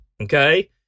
okay